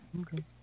Okay